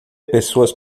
pessoas